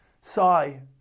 sigh